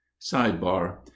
sidebar